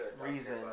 reason